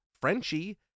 Frenchie